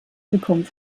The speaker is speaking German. bekommt